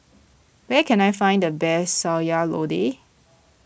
where can I find the best Sayur Lodeh